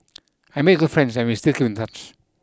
I made good friends and we still keep in touch